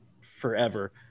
forever